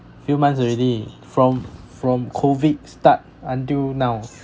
few months already from from COVID start until now